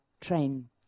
train